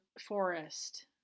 forest